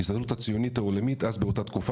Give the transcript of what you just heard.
ההסתדרות הציונית העולמית אז באותה תקופה,